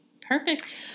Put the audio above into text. Perfect